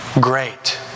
great